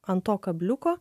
ant to kabliuko